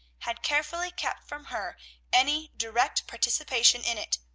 had carefully kept from her any direct participation in it.